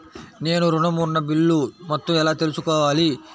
నేను ఋణం ఉన్న బిల్లు మొత్తం ఎలా తెలుసుకోవాలి?